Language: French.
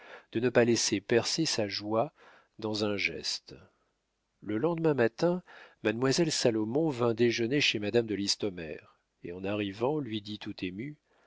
de ne pas laisser percer sa joie dans un geste le lendemain matin mademoiselle salomon vint déjeuner chez madame de listomère et en arrivant lui dit tout émue